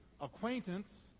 acquaintance